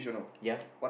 ya